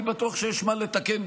אני בטוח שיש מה לתקן.